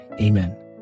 Amen